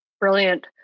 Brilliant